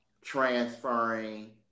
transferring